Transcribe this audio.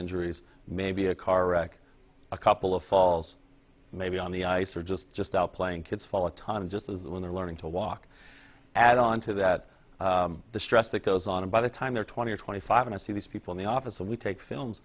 injuries maybe a car wreck a couple of falls maybe on the ice or just just out playing kids fall a time just as when they're learning to walk add on to that the stress that goes on and by the time they're twenty or twenty five and i see these people in the office when we take films